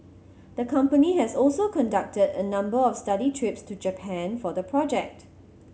the company has also conducted a number of study trips to Japan for the project